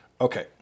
okay